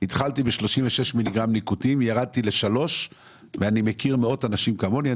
התחלתי ב-36 מיליגרם ניקוטין וירדתי ל-3 ואני מכיר מאות אנשים כמוני.